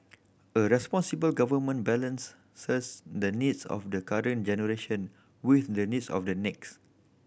a responsible government balance the needs of the current generation with the needs of the next